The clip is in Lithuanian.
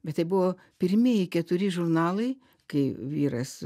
bet tai buvo pirmieji keturi žurnalai kai vyras